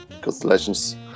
constellations